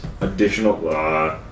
Additional